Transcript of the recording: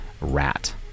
rat